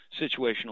situational